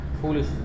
foolish